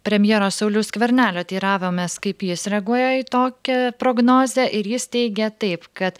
premjero sauliaus skvernelio teiravomės kaip jis reaguoja į tokią prognozę ir jis teigia taip kad